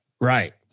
Right